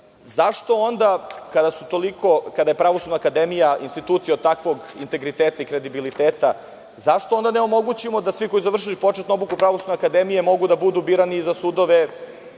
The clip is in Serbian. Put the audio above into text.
zanima, kada je Pravosudna akademija institucija od takvog integriteta i kredibiliteta, zašto onda ne omogućimo da svi koji su završili početnu obuku u Pravosudnoj akademiji mogu da budu birani za sudove